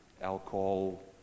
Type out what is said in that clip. alcohol